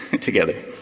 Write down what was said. together